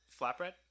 flatbread